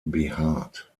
behaart